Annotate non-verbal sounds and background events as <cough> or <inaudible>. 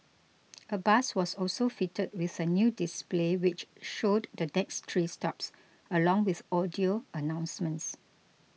<noise> a bus was also fitted with a new display which showed the next three stops along with audio announcements